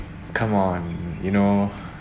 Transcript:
come on you know